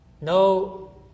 No